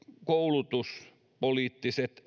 koulutuspoliittisia